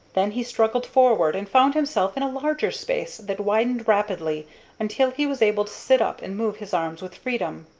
then he struggled forward, and found himself in a larger space that widened rapidly until he was able to sit up and move his arms with freedom.